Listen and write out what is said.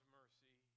mercy